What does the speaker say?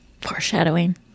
Foreshadowing